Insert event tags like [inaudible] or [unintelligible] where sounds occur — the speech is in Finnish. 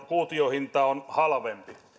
[unintelligible] kuutiohinta on muutaman euron halvempi